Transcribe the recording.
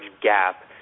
gap